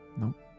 Nope